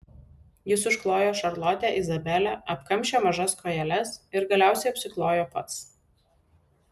jis užklojo šarlotę izabelę apkamšė mažas kojeles ir galiausiai apsiklojo pats